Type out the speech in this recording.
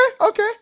okay